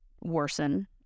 worsen